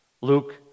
Luke